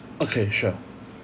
okay sure